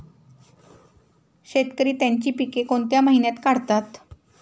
शेतकरी त्यांची पीके कोणत्या महिन्यात काढतात?